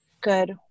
good